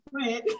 right